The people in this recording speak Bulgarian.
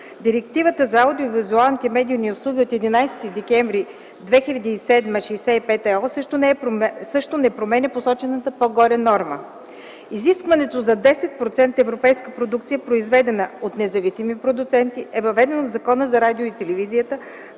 Директива 65/ЕО за аудио-визуалните медийни услуги от 11 декември 2007 г. също не променя посочената по-горе норма. Изискването за 10% европейска продукция, произведена от независими продуценти, е въведено в Закона за радиото и телевизията,